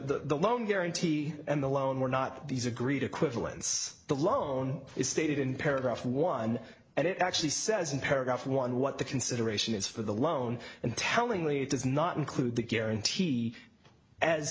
the loan guarantee and the loan were not these agreed equivalents the loan is stated in paragraph one and it actually says in paragraph one what the consideration is for the loan and tellingly it does not include the guarantee as